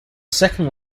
second